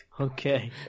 okay